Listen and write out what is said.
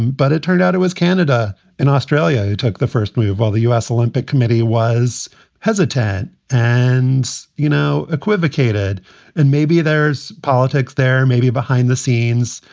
but it turned out it was canada and australia who took the first move while the u s. olympic committee was hesitant. and, you know, equivocated and maybe there's politics there. maybe behind the scenes,